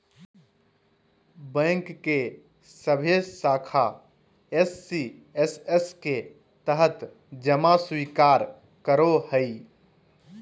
bank के सभे शाखा एस.सी.एस.एस के तहत जमा स्वीकार करो हइ